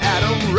Adam